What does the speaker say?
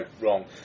wrong